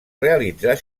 realitzar